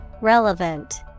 Relevant